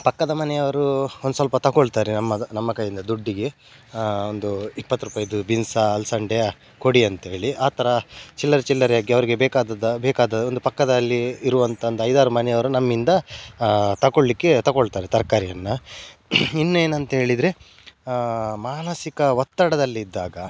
ಪಕ್ಕದ ಮನೆಯವರು ಒಂದು ಸ್ವಲ್ಪ ತಗೊಳ್ತಾರೆ ನಮ್ಮದು ನಮ್ಮ ಕೈಯ್ಯಿಂದ ದುಡ್ಡಿಗೆ ಒಂದು ಇಪ್ಪತ್ತು ರೂಪಾಯಿದು ಬೀನ್ಸಾ ಅಲಸಂದೆಯ ಕೊಡಿ ಅಂಥೇಳಿ ಆ ಥರ ಚಿಲ್ಲರೆ ಚಿಲ್ಲರೆಯಾಗಿ ಅವರಿಗೆ ಬೇಕಾದದ್ದರು ಬೇಕಾದ ಒಂದು ಪಕ್ಕದಲ್ಲಿ ಇರುವಂಥ ಒಂದು ಐದಾರು ಮನೆಯವರು ನಮ್ಮಿಂದ ತಗೊಳ್ಳಿಕ್ಕೆ ತಗೊಳ್ತಾರೆ ತರಕಾರಿಯನ್ನ ಇನ್ನೇನು ಅಂತ ಹೇಳಿದ್ರೆ ಮಾನಸಿಕ ಒತ್ತಡದಲ್ಲಿದ್ದಾಗ